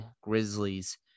Grizzlies